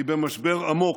היא במשבר עמוק.